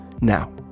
Now